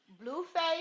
Blueface